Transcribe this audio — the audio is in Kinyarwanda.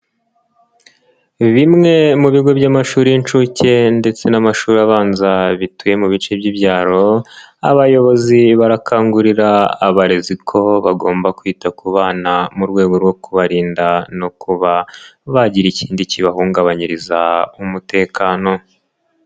Bimwe mu bigo by'amashuri y'inshuke ndetse n'amashuri abanza, bituye mu bice by'ibyaro, abayobozi barakangurira abarezi ko bagomba kwita ku bana mu rwego rwo kubarinda no kuba bagira ikindi kibahungabanyiriza umutekano.